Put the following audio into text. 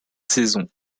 saison